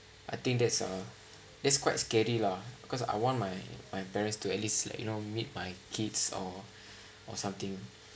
I think that's a that's quite scary lah because I want my my parents to at least like you know meet my kids or or something